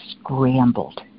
scrambled